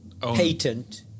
patent